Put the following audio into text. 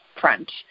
front